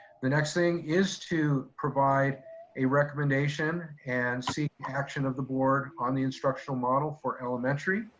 the next thing is to provide a recommendation and seek action of the board on the instructional model for elementary.